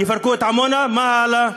יפרקו את עמונה, מה הלאה?